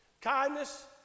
Kindness